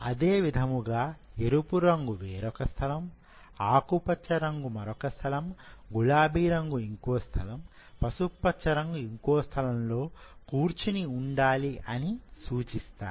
అదే విధముగా ఎరుపు రంగు వేరొక స్థలం ఆకుపచ్చ రంగు మరొక స్థలం గులాబీ రంగు ఇంకో స్థలం పసుపు పచ్చ రంగు ఇంకో స్థలంలో కూర్చుని ఉండాలి అని సూచిస్తాయి